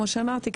כמו שאמרתי,